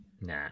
Nah